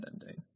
ending